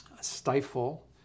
stifle